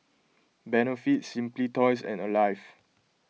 Benefit Simply Toys and Alive